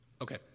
Okay